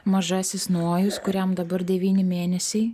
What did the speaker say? mažasis nojus kuriam dabar devyni mėnesiai